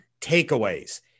takeaways